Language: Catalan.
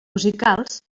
musicals